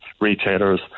retailers